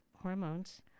hormones